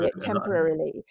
temporarily